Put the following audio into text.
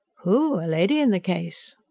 whew! a lady in the case?